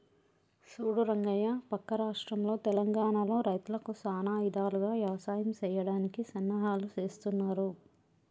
సూడు రంగయ్య పక్క రాష్ట్రంలో తెలంగానలో రైతులకు సానా ఇధాలుగా యవసాయం సెయ్యడానికి సన్నాహాలు సేస్తున్నారు